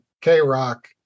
k-rock